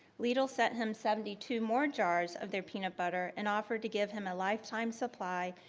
lidl sent him seventy two more jars of their peanut butter, and offered to give him a lifetime supply,